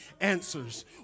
answers